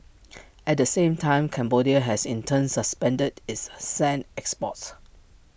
at the same time Cambodia has in turn suspended its A sand exports